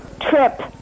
trip